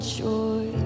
joy